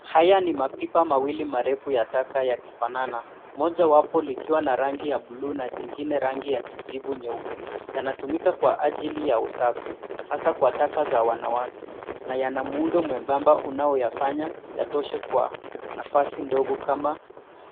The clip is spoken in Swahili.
Haya ni mapipa mawili marefu ya taka yakifanana mojawapo likiwa na rangi ya buluu na jingine rangi ya kijivu nyeupe. Yanatumika kwa ajili ya usafi hasa kwa taka za wanawake na yana muundo mwembamba unaoyafanya yatoshe kwa nafasi ndogo kama